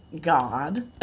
God